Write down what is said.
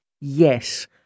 Yes